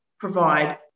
provide